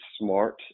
smart